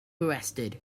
arrested